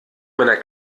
meiner